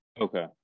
okay